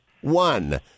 One